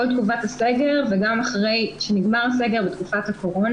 תקופת הסגר וגם אחרי שנגמר הסגר בתקופת הקורונה.